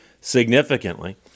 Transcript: significantly